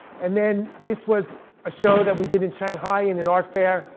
and then this was a show that we did in shanghai in an art fair,